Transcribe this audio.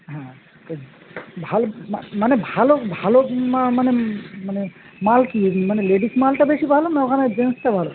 হ্যাঁ তো ভালো মা মানে ভালো ভালো মা মানে মানে মাল কী মানে লেডিস মালটা বেশি ভালো না ওখানের জেন্টসটা ভালো